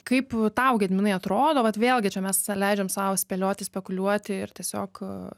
kaip a tau gediminai atrodo vat vėlgi čia mes leidžiam sau spėlioti spekuliuoti ir tiesiog